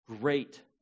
great